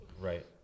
Right